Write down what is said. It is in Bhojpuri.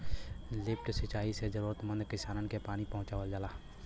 लिफ्ट सिंचाई से जरूरतमंद किसानन के पानी पहुंचावल जाला